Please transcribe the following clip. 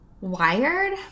wired